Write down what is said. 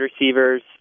receivers